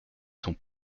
sont